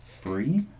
Free